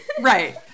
right